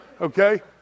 Okay